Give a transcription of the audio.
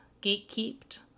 gate-kept